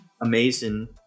amazing